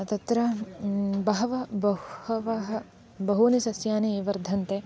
तत्र बहवः बहवः बहूनि सस्यानि वर्धन्ते